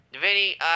Vinny